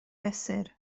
fesur